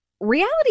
reality